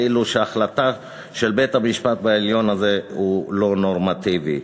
כאילו החלטה של בית-המשפט העליון בזה לא נורמטיבית.